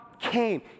came